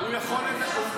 --- הוא דייק, היו"ר דייק.